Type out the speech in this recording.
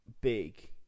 big